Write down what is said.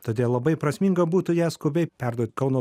todėl labai prasminga būtų ją skubiai perduot kauno